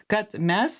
kad mes